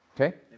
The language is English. okay